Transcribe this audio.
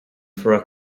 for